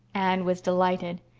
anne was delighted.